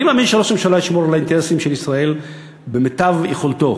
אני מאמין שראש הממשלה ישמור על האינטרסים של ישראל כמיטב יכולתו.